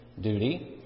duty